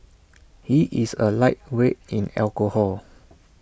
he is A lightweight in alcohol